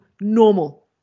normal